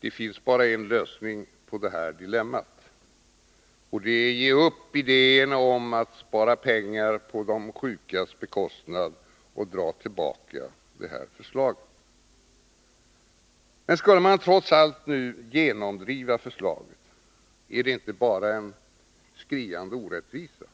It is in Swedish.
Det finns bara en lösning på det här dilemmat, och det är att ge upp idéerna om att spara pengar på de sjukas bekostnad och dra tillbaka förslaget! Men skulle man trots allt nu genomdriva förslaget, är det inte bara en skriande orättvisa